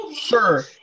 sure